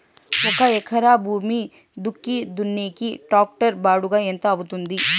ఒక ఎకరా భూమి దుక్కి దున్నేకి టాక్టర్ బాడుగ ఎంత అవుతుంది?